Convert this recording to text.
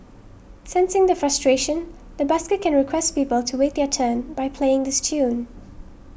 sensing the frustration the busker can request people to wait their turn by playing this tune